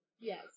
Yes